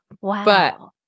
wow